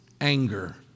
anger